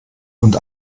und